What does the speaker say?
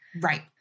Right